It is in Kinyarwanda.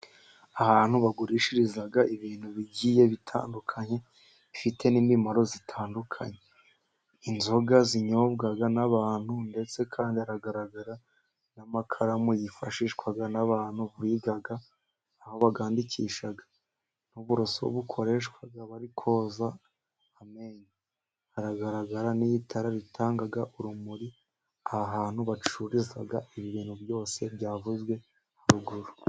Ahantu bagurishiriza ibintu bigiye bitandukanye, bifite n'imimaro itandukanye. Inzoga zinyobwa n'abantu, ndetse kandi haragaragara n'amakaramu yifashishwa n'abantu biga, aho bayandikisha, uburoso bukoreshwa bari koza amenyo, haragaragara n'itara ritanga urumuri aha hantu bacururiza ibintu byose byavuzwe haruguru.